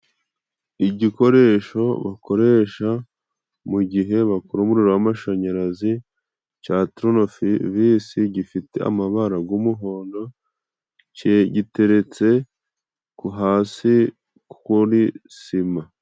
Igikoresho bakoresha mu gihe bakora umuriro w' amashanyarazi ca turonofivisi ,gifite amabara g'umuhondo cye giteretse ku hasi kuri sima.